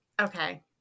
okay